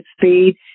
speed